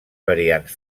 variants